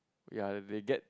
ya they get